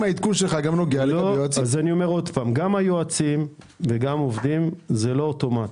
גם היועצים וגם העובדים זה לא אוטומטית,